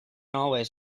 always